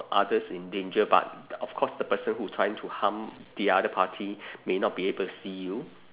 others in danger but of course the person who trying to harm the other party may not be able to see you